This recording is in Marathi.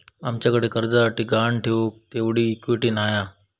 आमच्याकडे कर्जासाठी गहाण ठेऊक तेवढी इक्विटी नाय हा